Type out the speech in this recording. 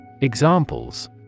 Examples